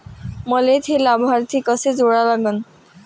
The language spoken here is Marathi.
मले थे लाभार्थी कसे जोडा लागन?